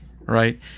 right